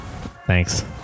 Thanks